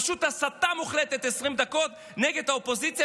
פשוט הסתה מוחלטת 20 דקות נגד האופוזיציה,